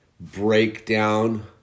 breakdown